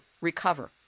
recover